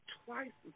twice